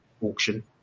auction